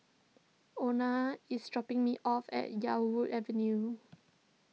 Ona is dropping me off at Yarwood Avenue